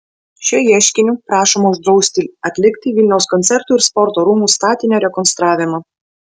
šiuo ieškiniu prašoma uždrausti atlikti vilniaus koncertų ir sporto rūmų statinio rekonstravimą